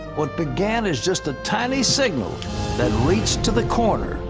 what began as just a tiny signal that reached to the corner.